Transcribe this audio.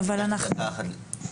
אני צריך ללכת לוועדה נוספת.